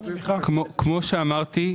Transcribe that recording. כמו שאמרתי,